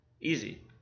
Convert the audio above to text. easy